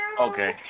Okay